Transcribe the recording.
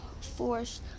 force